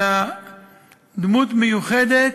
אלא דמות מיוחדת,